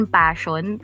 passion